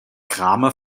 kramer